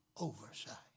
oversight